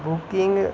booking